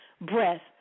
breath